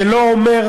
זה לא אומר,